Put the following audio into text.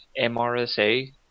MRSA